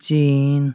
ᱪᱤᱱ